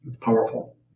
Powerful